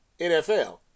NFL